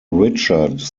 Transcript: richard